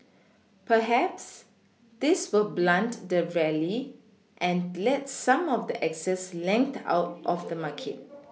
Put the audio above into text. perhaps this will blunt the rally and let some of the excess length out of the market